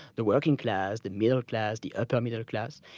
the working class, the middle class, the upper middle class,